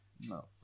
no